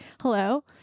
Hello